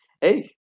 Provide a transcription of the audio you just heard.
Hey